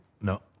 No